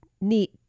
neat